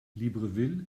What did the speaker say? libreville